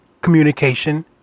communication